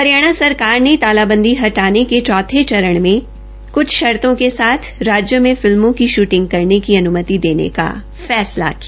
हरियाणा सरकार ने तालाबंदी हटाने के चौथे चरण में क्छ शर्तो के साथ राज्य में फिल्मों की शूटिंग करने की अन्मति देने का फैसला किया